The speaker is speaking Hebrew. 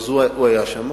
אז הוא היה שם.